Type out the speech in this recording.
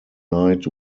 night